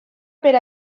per